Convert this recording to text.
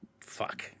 Fuck